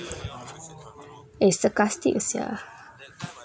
eh sarcastic sia